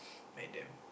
madam